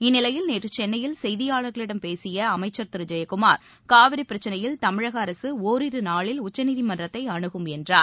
இந்நிலையில் நேற்று சென்னையில் செய்தியாளர்களிடம் பேசிய அமைச்சர் திரு ஜெயக்குமார் காவிரி பிரச்னையில் தமிழக அரசு ஓரிரு நாளில் உச்சநீதிமன்றத்தை அனுகும் என்றார்